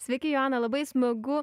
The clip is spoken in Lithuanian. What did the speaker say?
sveiki joana labai smagu